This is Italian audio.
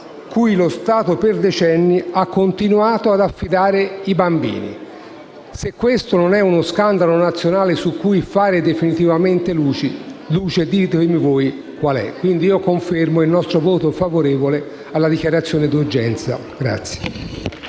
cui lo Stato per decenni ha continuato ad affidare i bambini. Se questo non è uno scandalo nazionale su cui fare definitivamente luce, ditemi voi cos'è. Confermo pertanto il nostro voto favorevole alla dichiarazione di urgenza.